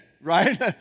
right